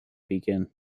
begin